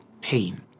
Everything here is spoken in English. pain